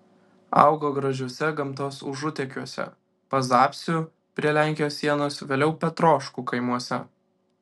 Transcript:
augo gražiuose gamtos užutekiuose pazapsių prie lenkijos sienos vėliau petroškų kaimuose